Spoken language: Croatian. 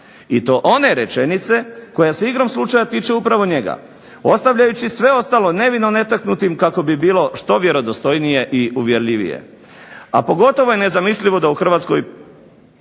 i to one rečenice koja se igrom slučaja tiče upravo njega, ostavljajući sve ostalo nevino netaknutim kako bi bilo što vjerodostojnije i uvjerljivije. A pogotovo je nezamislivo da u Hrvatskoj